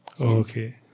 Okay